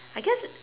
I guess